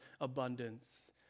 abundance